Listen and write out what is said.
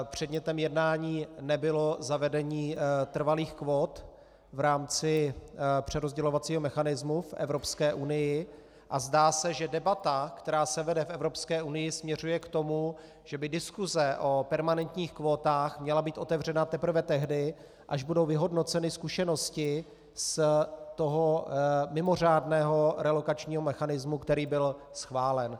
Předmětem jednání nebylo zavedení trvalých kvót v rámci přerozdělovacího mechanismu v Evropské unii a zdá se, že debata, která se vede v Evropské unii, směřuje k tomu, že by diskuse o permanentních kvótách měla být otevřena teprve tehdy, až budou vyhodnoceny zkušenosti z toho mimořádného relokačního mechanismu, který byl schválen.